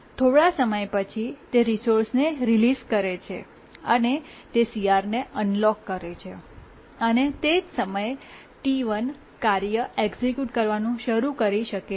થોડા સમય પછી તે રિસોર્સ ને રિલીસ કરે છે અને તે CR ને અનલૉક કરે છે અને તે જ સમયે T1 કાર્ય એક્ઝેક્યુટ કરવાનું શરૂ કરી શકે છે